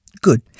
Good